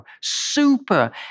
super